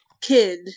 kid